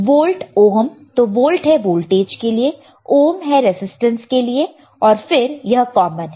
volt ohm तो volt है voltage के लिए और ओहम है रेसिस्टेंस के लिए और फिर यह कॉमन है